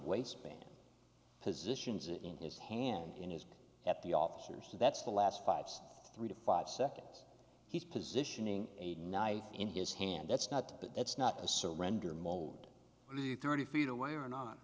waistband positions in his hand in his at the officers and that's the last five three to five seconds he's positioning a knife in his hand that's not but that's not a surrender mold only thirty feet away or not